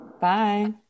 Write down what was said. Bye